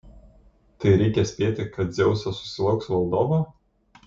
tai reikia spėti kad dzeusas susilauks valdovo